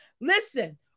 Listen